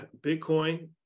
bitcoin